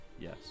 Yes